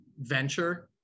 venture